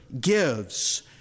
gives